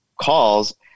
calls